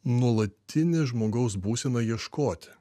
nuolatinė žmogaus būsena ieškoti